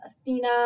Athena